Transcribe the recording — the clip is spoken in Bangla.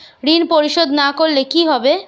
ঋণ পরিশোধ না করলে কি হবে?